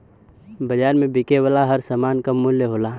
बाज़ार में बिके वाला हर सामान क मूल्य होला